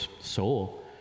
soul